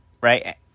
right